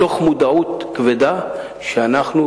מתוך מודעות כבדה לכך שאנחנו,